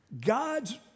God's